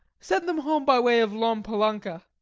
send them home by way of lom palanka.